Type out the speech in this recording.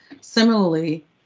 Similarly